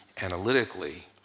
analytically